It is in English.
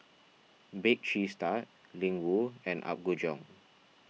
Bake Cheese Tart Ling Wu and Apgujeong